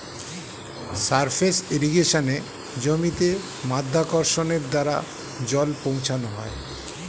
surface ইর্রিগেশনে জমিতে মাধ্যাকর্ষণের দ্বারা জল পৌঁছানো হয়